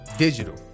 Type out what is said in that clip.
Digital